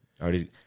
Already